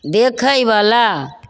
देखैवला